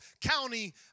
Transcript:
County